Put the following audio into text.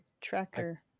tracker